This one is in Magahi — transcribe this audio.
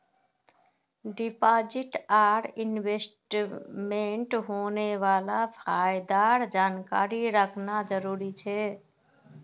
डिपॉजिट आर इन्वेस्टमेंटत होने वाला फायदार जानकारी रखना जरुरी छे